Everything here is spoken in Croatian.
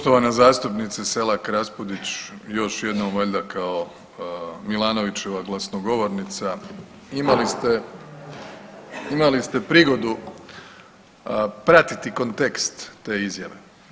Poštovana zastupnice Selak-Raspudić još jednom valjda kao Milanovićeva glasnogovornica imali ste prigodu pratiti kontekst te izjave.